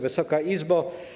Wysoka Izbo!